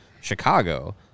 Chicago